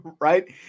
right